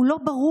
הוא לא ברור.